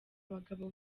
abagabo